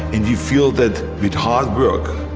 and you feel that with hard work,